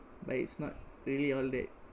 but it's not really all that